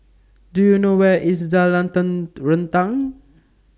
Do YOU know Where IS Jalan Terentang